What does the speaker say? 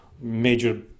major